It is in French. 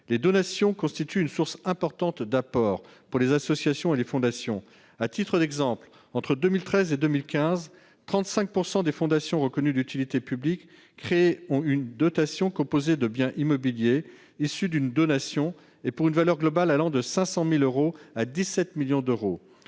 Les donations constituent une source importante d'apports pour les associations et les fondations. À titre d'exemple, entre 2013 et 2015, 35 % des fondations créées reconnues d'utilité publique ont reçu une dotation composée de biens immobiliers issue d'une donation, pour une valeur globale allant de 500 000 euros à 17 millions d'euros.